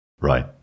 Right